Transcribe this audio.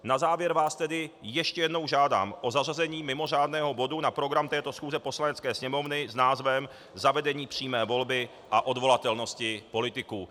Na závěr vás tedy ještě jednou žádám o zařazení mimořádného bodu na program této schůze Poslanecké sněmovny s názvem zavedení přímé volby a odvolatelnosti politiků.